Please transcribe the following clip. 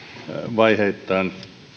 vaiheittain